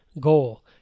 Goal